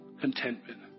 contentment